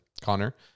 Connor